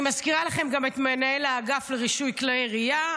אני מזכירה לכם גם את מנהל האגף לרישוי כלי ירייה.